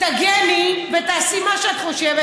תגני ותעשי מה שאת חושבת.